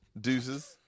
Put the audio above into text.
Deuces